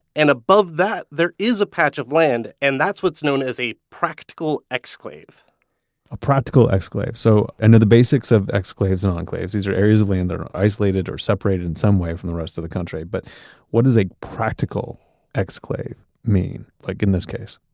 and above that, there is a patch of land and that's what's known as a practical exclave a practical exclave. so i know the basics of exclaves and enclaves. these are areas of land that are isolated or separated in some way from the rest of the country. but what does a practical exclave mean, like in this case?